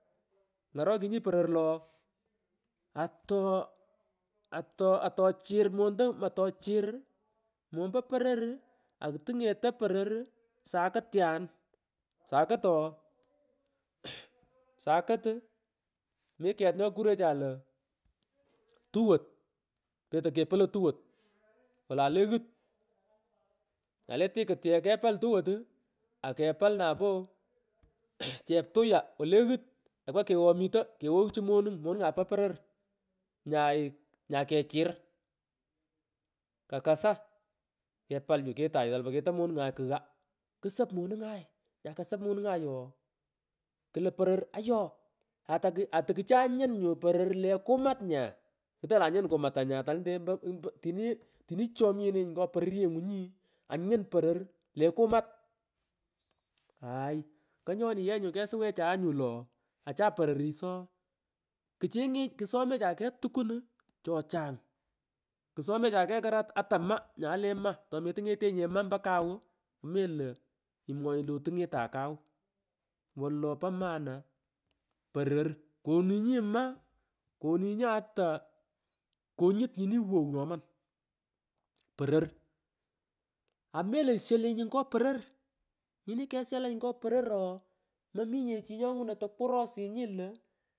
Ngorokunyi poror lo ato chir ato chir mombo pororu akutungeto pororu sakutyan sakut ooh kukorkor kugh sughiri sakutu mi ket nyokurecha lo tuwot petoy kepolow tuwot wolay le ghut kewomito koghogh chu monung monunga po poror inyay nyay kechir kakasa kepal nyu ketay keto monungay kugha kusop monungae nyakoso p monungi ooh klo poror ayeo atukuchanyun nyu poror le kumat nya ngutonyi lo anyun kumata nya tolenyete tini chomnyenenyi ngo pororyengunyi anyun poror le kumat aay nganyoni ye nyu kesuwechayenyu lo acha pororis ksone cha kegh tukunu chochang ksome cha kegh ko ratama nyae le ma tometungetenyinye ompo kaw melo mwaghenyi lo otungetan kaw iwolo po mana poror konunyi ma ikoninyi ata konyut nyini wow nyoman poror amelo isholenyi ngo poror inyini keshalanyi ngo poror ooh momingeu chi nyongunoy takurosunyi lo.